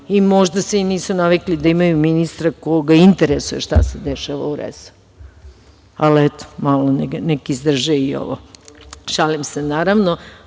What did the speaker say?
i možda se i nisu navikli da imaju ministra koga interesuje šta se dešava, ali neka malo izdrže i ovo. Šalim se naravno. Što